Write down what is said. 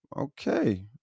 Okay